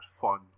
fun